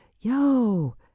yo